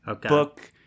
book